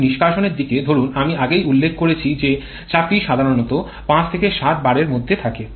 যদিও নিষ্কাশনের দিক ধরুন আমি আগেই উল্লেখ করেছি যে চাপটি সাধারণত ৫ থেকে ৭ বারের মধ্যে থাকে